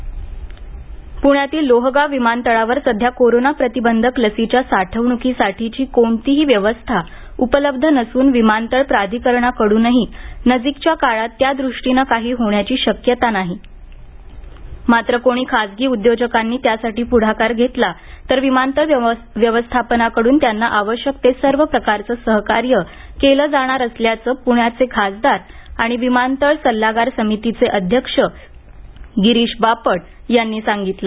प्ण्यातील लोहगाव विमानतळावर सध्या कोरोना प्रतिबंधक लसीच्या साठवणुकीसाठीची कोणतीही व्यवस्था उपलब्ध नसून विमानतळ प्राधिकरणाकडूनही नजीकच्या काळात त्याद्रष्टीनं काही होण्याची शक्यता नाही मात्र कोणी खासगी उद्योजकांनी त्यासाठी पुढाकार घेतला तर विमानतळ व्यवस्थापनाकडून त्यांना आवश्यक ते सर्व प्रकारचं सहकार्य केलं जाणार असल्याचं प्ण्याचे खासदार आणि विमानतळ सल्लागार समितीचे अध्यक्ष गिरीश बापट यांनी सांगितलं